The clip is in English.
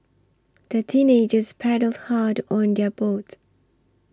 the teenagers paddled hard on their boat